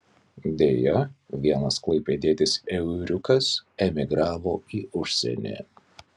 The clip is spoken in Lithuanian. deja vienas klaipėdietis euriukas emigravo į užsienį